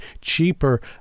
cheaper